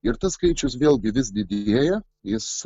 ir tas skaičius vėlgi vis didėja jis